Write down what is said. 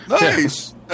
Nice